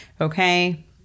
okay